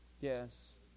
yes